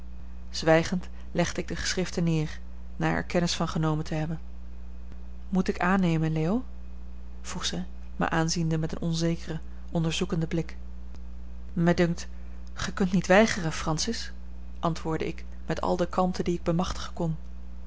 zwijgend legde ik de geschriften neer na er kennis van genomen te hebben moet ik aannemen leo vroeg zij mij aanziende met een onzekeren onderzoekenden blik mij dunkt gij kunt niet weigeren francis antwoordde ik met al de kalmte die ik bemachtigen kon